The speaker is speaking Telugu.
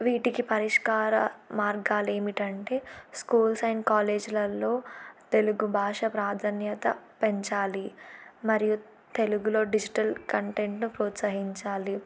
వీటికి పరిష్కార మార్గాలు ఏమిటంటే స్కూల్స్ అండ్ కాలేజీలలో తెలుగు భాష ప్రాధాన్యత పెంచాలి మరియు తెలుగులో డిజిటల్ కంటెంట్ను ప్రోత్సహించాలి